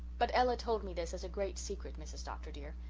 but ella told me this as a great secret, mrs. dr. dear,